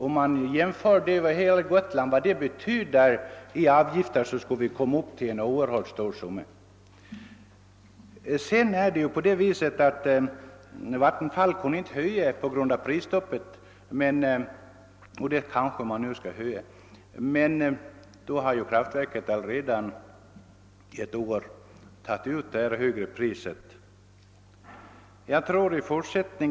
Gör man jämförelser för hela Gotland för att se vad det betyder i avgifter kommer man säkerligen upp till en oerhört stor summa. Vattenfall kunde ju inte höja på grund av prisstoppet men nu blir det kanske en höjning när prisstoppet upphör i alla fall. Men då har Kraftverket redan under ett år tagit ut det högre priset.